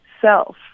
self